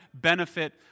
benefit